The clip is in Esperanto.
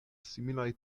similaj